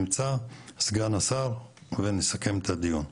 סגן השר ונסכם את הדיון,